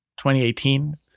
2018